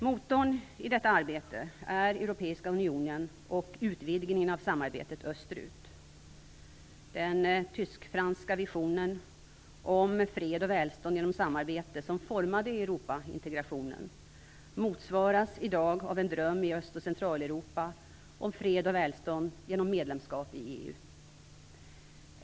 Motorn i detta arbete är Europeiska Unionen och utvidgningen av samarbetet österut. Den tysk-franska visionen om fred och välstånd genom samarbete, som formade Europaintegrationen, motsvaras i dag av en dröm i Öst och Centraleuropa om fred och välstånd genom medlemskap i EU.